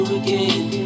again